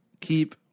Keep